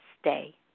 stay